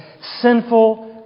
sinful